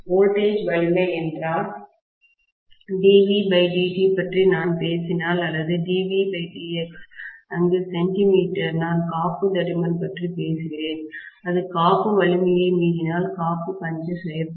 voltage வலிமை என்றால் dVdt பற்றி நான் பேசினால் அல்லது dVdX அங்கு சென்டிமீட்டர் நான் காப்பு தடிமன் பற்றி பேசுகிறேன் அது காப்பு வலிமையை மீறினால் காப்பு பஞ்சர் செய்யப்படும்